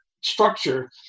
structure